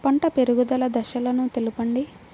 పంట పెరుగుదల దశలను తెలపండి?